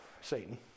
Satan